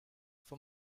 for